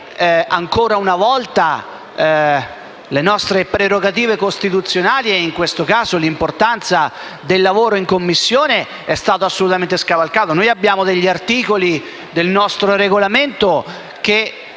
ancora una volta, le nostre prerogative costituzionali e, in questo caso, l'importanza del lavoro in Commissione sono stati assolutamente scavalcati. Alcuni articoli del nostro Regolamento